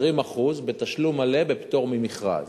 20% בתשלום מלא בפטור ממכרז.